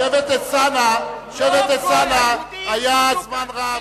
שבט אלסאנע היה זמן רב,